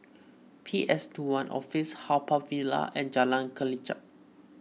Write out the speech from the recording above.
P S two one Office Haw Par Villa and Jalan Kelichap